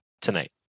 tonight